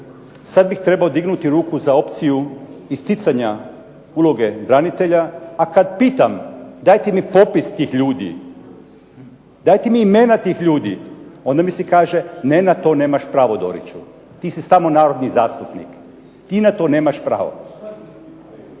sad bih trebao dignuti ruku za opciju isticanja uloge branitelja, a kad pitam dajte mi popis tih ljudi, dajte mi imena tih ljudi onda mi se kaže: "Ne, na to nemaš prava Doriću. Ti se samo narodni zastupnik, ti na to nemaš pravo."